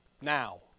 Now